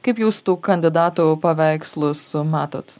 kaip jūs tų kandidatų paveikslus matot